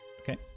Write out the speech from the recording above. Okay